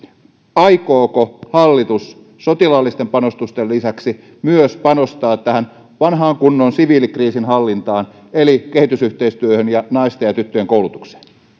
aikooko hallitus sotilaallisten panostusten lisäksi panostaa myös vanhaan kunnon siviilikriisinhallintaan eli kehitysyhteistyöhön ja naisten ja tyttöjen koulutukseen